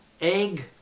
egg